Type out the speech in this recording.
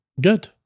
Good